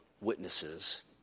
witnesses